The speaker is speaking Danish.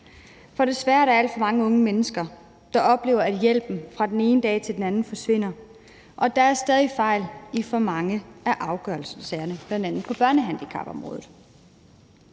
For desværre er der alt for mange unge mennesker, der oplever, at hjælpen fra den ene dag til den anden forsvinder, og der er stadig fejl i for mange af afgørelsessagerne, bl.a. på børnehandicapområdet.